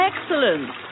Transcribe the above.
Excellent